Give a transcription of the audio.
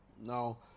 now